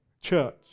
church